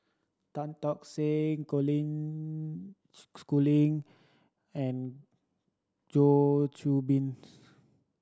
Tan Tock San Colin Schooling and Goh Qiu Bin